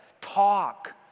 talk